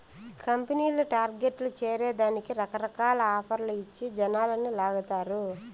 కంపెనీలు టార్గెట్లు చేరే దానికి రకరకాల ఆఫర్లు ఇచ్చి జనాలని లాగతారు